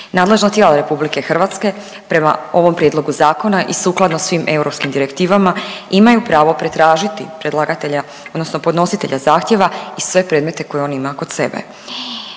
Nadležno tijelo RH prema ovom prijedlogu zakona i sukladno svim europskim direktivama imaju pravo pretražiti predlagatelja odnosno podnositelja zahtjeva i sve predmete koje on ima kod sebe.